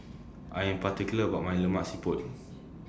I Am particular about My Lemak Siput